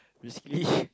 basically